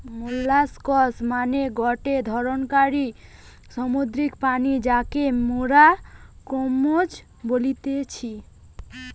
molluscs মানে গটে ধরণকার সামুদ্রিক প্রাণী যাকে মোরা কম্বোজ বলতেছি